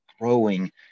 growing